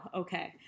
okay